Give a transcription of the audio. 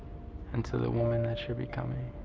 into the woman that you're becoming.